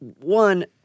one